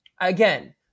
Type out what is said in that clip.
Again